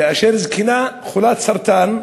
כאשר זקנה חולת סרטן,